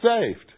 saved